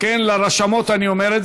לרשמות אני אומר,